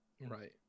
Right